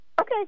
Okay